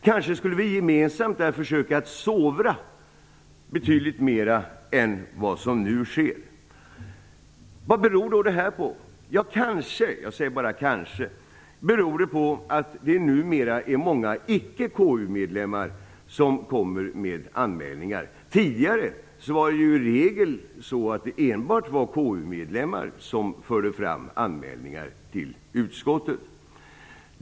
Kanske skulle vi där gemensamt försöka sovra betydligt mer än vad som nu sker. Vad beror då detta på? Ja, kanske beror det på att det numera är många icke-KU-medlemmar som kommer med anmälningar. Tidigare var det i regel enbart KU-medlemmar som förde fram anmälningar till utskottet.